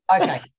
Okay